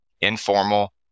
informal